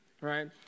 right